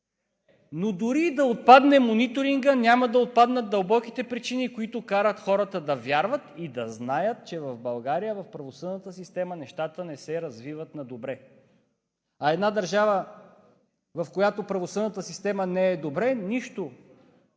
Но дори и да отпадне мониторингът, няма да отпаднат дълбоките причини, които карат хората да вярват и да знаят, че в България в правосъдната система нещата не се развиват на добре. А в една държава, в която правосъдната система не е добре, нищо не